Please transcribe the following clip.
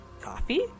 Coffee